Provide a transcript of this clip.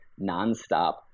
nonstop